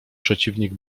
przeciwnik